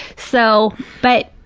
so, but,